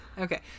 Okay